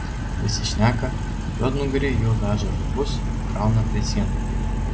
visi šneka juodnugariai jau veža žabus krauna prie sienų